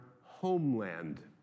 homeland